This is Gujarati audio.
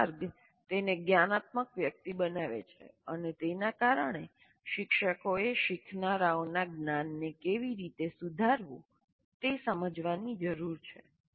મુખ્ય માર્ગ તેને જ્ઞાનાત્મક વ્યક્તિ બનાવે છે અને તેના કારણે શિક્ષકોએ શીખનારાઓના જ્ઞાનને કેવી રીતે સુધારવું તે સમજવાની જરૂર છે